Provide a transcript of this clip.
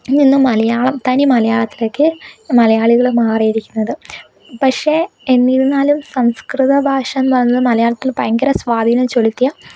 നിന്നും മലയാളം തനി മലയാളത്തിലേയ്ക്ക് മലയാളികൾ മാറിയിരിക്കുന്നത് പക്ഷേ എന്നിരുന്നാലും സംസ്കൃത ഭാഷാന്ന് പറയുന്നത് മലയാളത്തിൽ ഭയങ്കര സ്വാധീനം ചെലുത്തിയ